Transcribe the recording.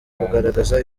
kugaragaza